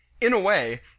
in a way,